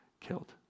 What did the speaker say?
killed